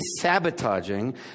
sabotaging